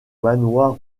manoir